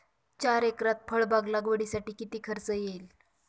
चार एकरात फळबाग लागवडीसाठी किती खर्च येईल?